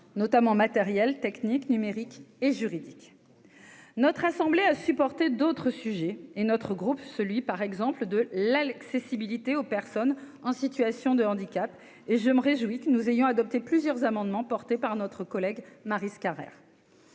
notamment matériels techniques numériques et juridiques, notre assemblée a supporter d'autres sujets, et notre groupe, celui par exemple de l'accessibilité aux personnes en situation de handicap et je me réjouis que nous ayons adopté plusieurs amendements apportés par notre collègue Maryse Carrère,